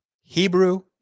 Hebrew